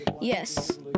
Yes